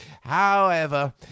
However